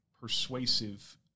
persuasive